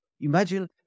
imagine